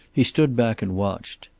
he stood back and watched.